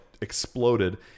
exploded